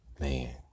Man